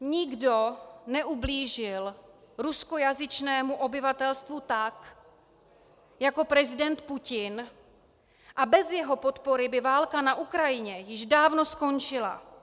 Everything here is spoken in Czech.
Nikdo neublížil ruskojazyčnému obyvatelstvu tak jako prezident Putin a bez jeho podpory by válka na Ukrajině již dávno skončila.